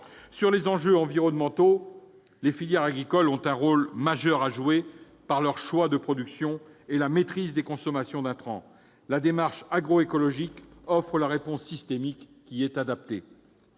d'enjeux environnementaux, les filières agricoles ont un rôle majeur à jouer, de par leurs choix de production et la maîtrise de leur consommation d'intrants. La démarche agroécologique offre la réponse systémique adaptée.